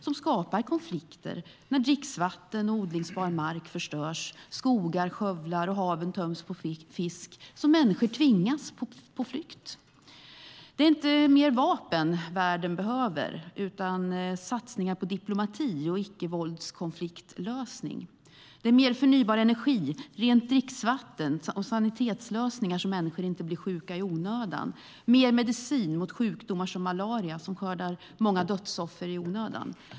Det skapar konflikter när dricksvatten och odlingsbar mark förstörs, skogar skövlas och haven töms på fisk så att människor tvingas på flykt. Det är inte mer vapen världen behöver utan satsningar på diplomati och icke-våldskonfliktlösning. Det behövs mer förnybar energi, rent dricksvatten och sanitetslösningar så att människor inte blir sjuka i onödan. Det behövs mer medicin mot sjukdomar som malaria, som skördar många dödsoffer i onödan.